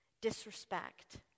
disrespect